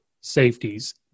safeties